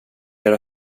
era